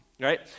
right